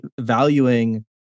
valuing